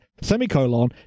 Semicolon